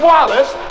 Wallace